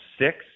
six